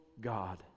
God